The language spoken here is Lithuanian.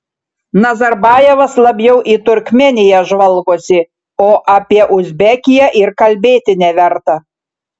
nazarbajevas labiau į turkmėniją žvalgosi o apie uzbekiją ir kalbėti neverta